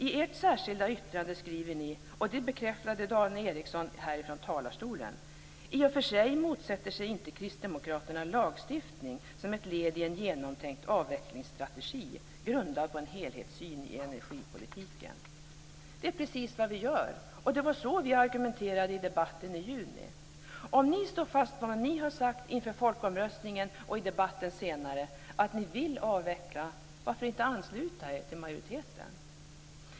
I ert särskilda yttrande skriver ni, och detta bekräftades av Dan Ericsson här i talarstolen: "I och för sig motsätter sig inte Kristdemokraterna lagstiftning som ett led i en genomtänkt avvecklingsstrategi, grundad på en helhetssyn på energipolitiken." Det är precis vad vi gör, och det var så vi argumenterade i debatten i juni. Om ni står fast vid vad ni sagt, inför folkomröstningen och i debatten senare, att ni vill avveckla, varför då inte ansluta er till majoriteten?